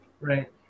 Right